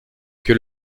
que